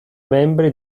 membri